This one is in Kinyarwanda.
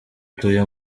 utuye